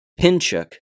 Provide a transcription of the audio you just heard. Pinchuk